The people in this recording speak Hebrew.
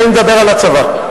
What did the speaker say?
ואני מדבר על הצבא.